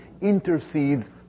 intercedes